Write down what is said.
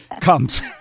comes